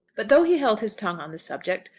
but though he held his tongue on the subject,